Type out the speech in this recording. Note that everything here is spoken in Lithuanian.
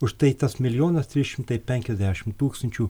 už tai tas milijonas trys šimtai penkiasdešim tūkstančių